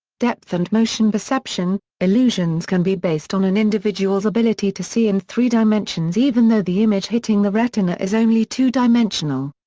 depth and motion perception illusions can be based on an individual's ability to see in three dimensions even though the image hitting the retina is only two dimensional.